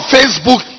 Facebook